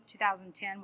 2010